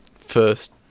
first